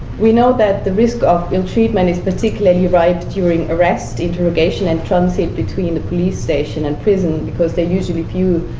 we know that the risk of ill treatment is particularly ripe during arrest, interrogation, and transit between the police station and prison, because there are usually few,